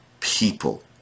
people